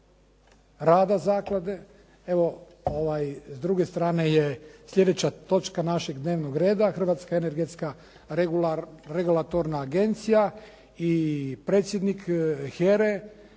rada zaklade. Evo s druge strane je sljedeća točka našeg dnevnog reda, Hrvatska energetska regulatorna agencija i predsjednik Here